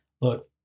Look